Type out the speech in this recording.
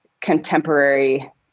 contemporary